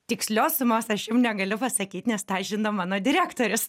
tikslios sumos aš jum negaliu pasakyt nes tą žino mano direktorius